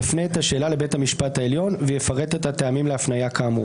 יפנה את השאלה לבית המשפט העליון ויפרט את הטעמים להפניה כאמור,